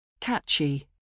Catchy